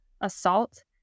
assault